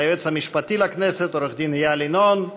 היועץ המשפטי לכנסת עו"ד איל ינון,